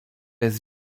jest